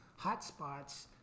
hotspots